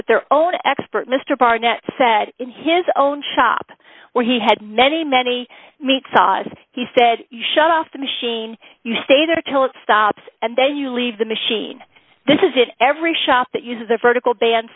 that their own expert mr barnett said in his own shop where he had many many meat sauce he said you shut off the machine you stay there till it stops and then you leave the machine this is it every shop that uses a vertical band